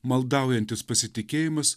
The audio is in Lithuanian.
maldaujantis pasitikėjimas